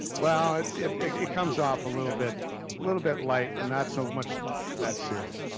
well, it's it it comes off a little bit a little bit light, and not so much that serious.